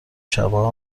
شبا